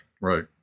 Right